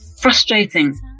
frustrating